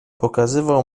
pokazywał